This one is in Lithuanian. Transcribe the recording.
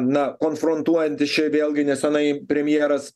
na konfrontuojantis čia vėlgi nesenai premjeras